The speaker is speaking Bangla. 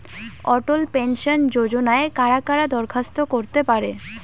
অটল পেনশন যোজনায় কারা কারা দরখাস্ত করতে পারে?